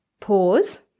Pause